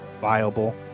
viable